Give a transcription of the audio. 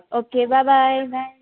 okay bye bye bye